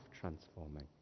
transforming